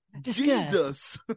Jesus